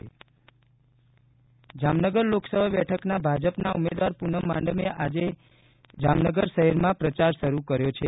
પુનમ માડમ જામનગર લોકસભા બેઠકના ભાજપના ઉમેદવાર પુનમ માડમે આજે જામનગર શહેરમાં પ્રચાર શરૂ કર્યો છે